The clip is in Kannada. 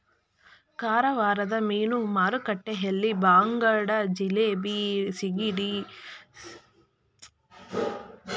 ಕಾರವಾರದ ಮೀನು ಮಾರುಕಟ್ಟೆಯಲ್ಲಿ ಬಾಂಗಡ, ಜಿಲೇಬಿ, ಸಿಗಡಿ, ಕಾಟ್ಲಾ ಮೀನುಗಳು ಸಿಗುತ್ತದೆ